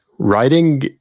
writing